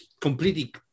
completely